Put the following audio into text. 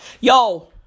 Yo